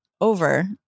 over